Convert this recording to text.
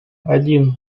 один